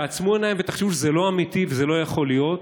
תעצמו עיניים ותחשבו שזה לא אמיתי וזה לא יכול להיות,